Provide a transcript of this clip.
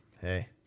hey